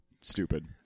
stupid